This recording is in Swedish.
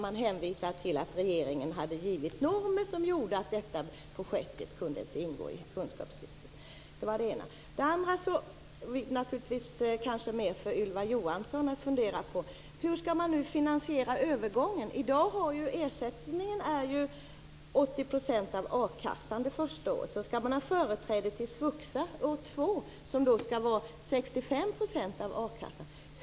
Man hänvisade till att regeringen hade angivit normer som gjorde att detta projekt inte kunde ingå i kunskapslyftet. Sedan har jag en fråga som kanske är mer till för Ylva Johansson att fundera på. Hur skall man finansiera övergången? Ersättningen är ju 80 % av a-kassan under första året. År två får man företräde till svuxa som utgör 65 % av a-kassan.